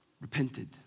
repented